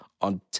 on